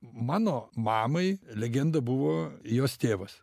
mano mamai legenda buvo jos tėvas